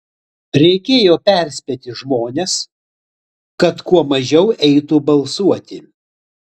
reikėjo perspėti žmones kad kuo mažiau eitų balsuoti